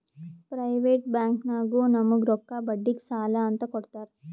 private ಬ್ಯಾಂಕ್ನಾಗು ನಮುಗ್ ರೊಕ್ಕಾ ಬಡ್ಡಿಗ್ ಸಾಲಾ ಅಂತ್ ಕೊಡ್ತಾರ್